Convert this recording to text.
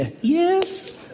Yes